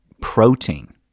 protein